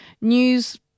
news